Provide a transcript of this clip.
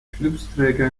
schlipsträger